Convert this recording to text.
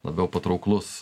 labiau patrauklus